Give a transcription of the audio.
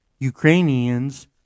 ukrainians